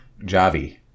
Javi